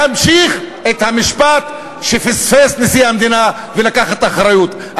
להמשיך את המשפט שפספס נשיא המדינה ולקחת אחריות.